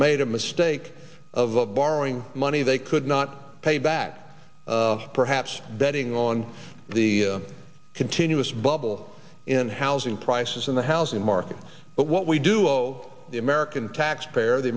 made a mistake of borrowing money they could not pay back perhaps betting on the continuous bubble in housing prices in the housing market but what we do owe the american taxpayer the